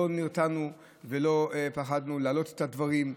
לא נרתענו ולא פחדנו להעלות את הדברים.